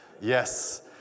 yes